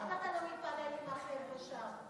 למה אתה לא מתפלל עם החבר'ה שם?